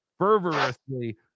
fervorously